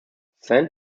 saint